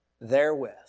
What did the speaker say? therewith